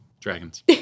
Dragons